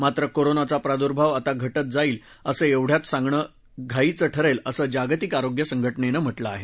मात्र कोरोनाचा प्रादुर्भाव आता घटत जाईल असं एवढयात सांगणं घाईचं ठरेल असं जागतिक आरोग्य संघटनेनं म्हटलं आहे